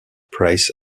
price